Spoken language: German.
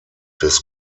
des